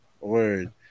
word